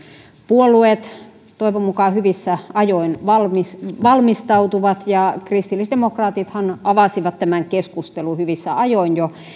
puolueet toivon mukaan hyvissä ajoin valmistautuvat kristillisdemokraatithan avasivat keskustelun hyvissä ajoin jo